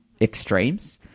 extremes